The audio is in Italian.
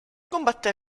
combatté